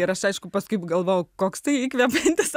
ir aš aišku paskui galvoju koks tai įkvepiantis